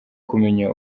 kumenya